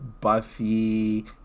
buffy